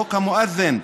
חוק המואזין,